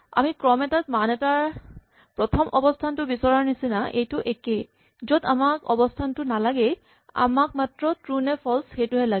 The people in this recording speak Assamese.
আমি ক্ৰম এটাত মান এটাৰ প্ৰথম অৱস্হানটো বিচৰাৰ নিচিনা এইটো একেই য'ত আমাক অৱস্হানটো নালাগেই আমাক মাত্ৰ ট্ৰু নে ফল্চ সেইটোহে লাগে